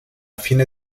fine